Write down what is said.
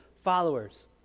followers